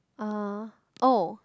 uh oh